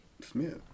Smith